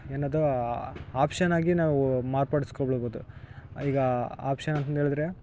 ಏನದೂ ಆಪ್ಷನ್ನಾಗಿ ನಾವು ಮಾರ್ಪಡಿಸ್ಕೊಳ್ಬೋದು ಈಗ ಆಪ್ಷನ್ ಅಂತಂದೇಳಿದರೆ